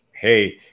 hey